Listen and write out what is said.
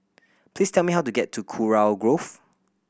please tell me how to get to Kurau Grove